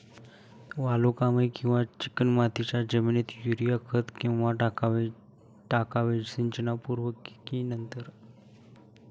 वालुकामय किंवा चिकणमातीच्या जमिनीत युरिया खत केव्हा टाकावे, सिंचनापूर्वी की नंतर?